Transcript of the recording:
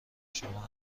شما